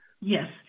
Yes